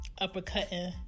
uppercutting